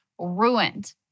ruined